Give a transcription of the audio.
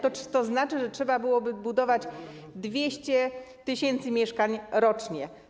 To znaczy, że trzeba byłoby budować 200 tys. mieszkań rocznie.